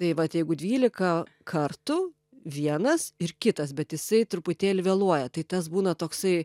tai vat jeigu dvylika kartų vienas ir kitas bet jisai truputėlį vėluoja tai tas būna toksai